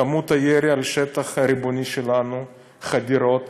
כמות הירי על השטח הריבוני שלנו, חדירות,